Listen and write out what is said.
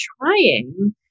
trying